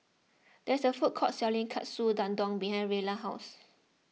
there is a food court selling Katsu Tendon behind Rella's house